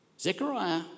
Zechariah